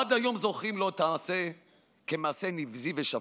עד היום זוכרים לו את המעשה כמעשה נבזי ושפל.